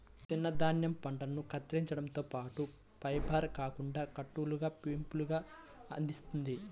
చిన్న ధాన్యం పంటను కత్తిరించడంతో పాటు, బైండర్ కాండం కట్టలుగా షీవ్లుగా బంధిస్తుంది